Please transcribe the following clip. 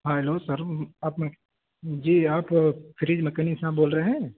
hello sir آپ جی آپ فریج میکینک صاحب بول رہے ہیں